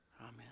Amen